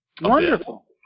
Wonderful